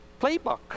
playbook